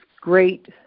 great